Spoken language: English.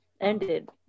ended